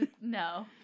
No